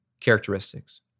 characteristics